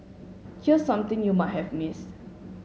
here's something you might have missed